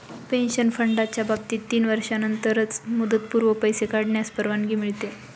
pension फंडाच्या बाबतीत तीन वर्षांनंतरच मुदतपूर्व पैसे काढण्यास परवानगी मिळते